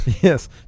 Yes